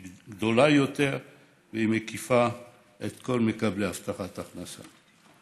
היא גדולה יותר והיא מקיפה את כל מקבלי הבטחת ההכנסה.